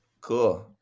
Cool